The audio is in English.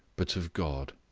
but of god.